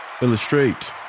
Illustrate